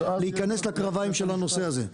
להיכנס לקרביים של הנושא הזה.